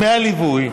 דמי הליווי